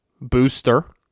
booster